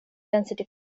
density